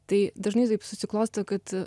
tai dažnai taip susiklosto kad